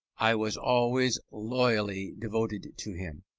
i was always loyally devoted to him.